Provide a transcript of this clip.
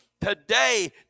today